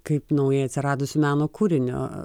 kaip naujai atsiradusiu meno kūriniu